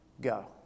go